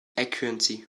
accuracy